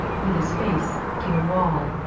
with his face to the wall.